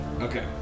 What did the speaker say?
Okay